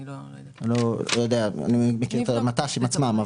אני לא יודע, אני מכיר את המט"שים עצמם.